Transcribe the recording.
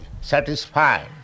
satisfied